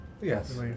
yes